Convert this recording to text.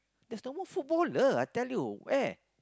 there's no more footballer I tell you where